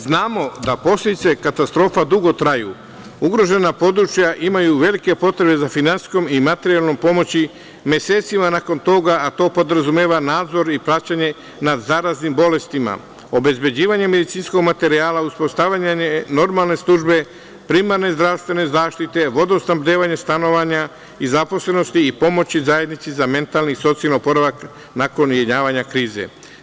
Znamo da posledice katastrofa dugo traju, ugrožena područja imaju velike potrebe za finansijskom i materijalnom pomoći mesecima nakon toga, a to podrazumeva: nadzor i praćenje nad zaraznim bolestima, obezbeđivanje medicinskog materijala, uspostavljanje normalne službe primarne zdravstvene zaštite, vodosnabdevanje stanovanja i zaposlenosti i pomoći zajednici za mentalni i socijalni oporavak nakon jenjavanja krize.